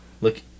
look